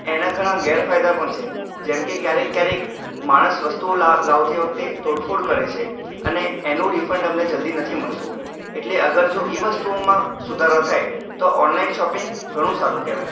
એના ઘણા ગેરફાયદા પણ છે જેમ કે ક્યારેક ક્યારેક માણસ વસ્તુઓ લાવતી વખતે તોડફોડ કરે છે અને એનું રિફંડ અમને જલ્દી નથી મળતું એટલે અગર જો એ વસ્તુઓમાં સુધારો થાય તો ઓનલાઈન શોપિંગ ઘણું સારું કહેવાય